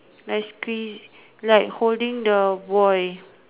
like squeeze like holding the boy